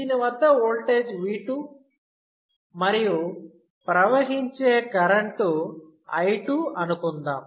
దీని వద్ద voltage V2 మరియు ప్రవహించే కరెంటు I2 అనుకుందాం